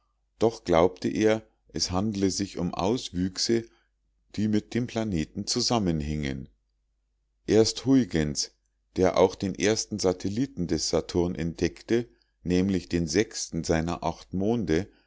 doch glaubte er es handle sich um auswüchse die mit dem planeten zusammenhingen erst huygens der auch den ersten satelliten des saturn entdeckte nämlich den sechsten seiner acht monde